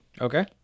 Okay